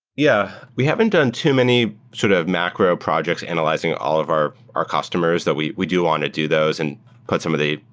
yeah. we haven't done too many sort of macro projects, analyzing all of our our customers that we we do want to do those and put some of the,